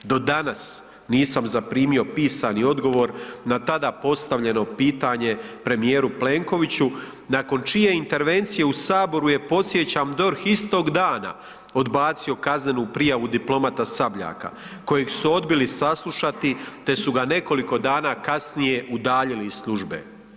Do danas nisam zaprimio pisani odgovor na tada postavljeno pitanje premijeru Plenkoviću, nakon čije intervencije u Saboru je, podsjećam, DORH istog dana odbacio kaznenu prijavu diplomata Sabljaka, kojeg su odbili saslušati te su ga nekoliko dana kasnije udaljili iz službe.